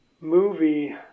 movie